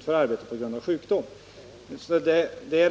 arbetet på grund av sjukdom.